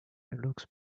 looks